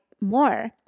more